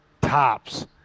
Tops